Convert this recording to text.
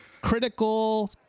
critical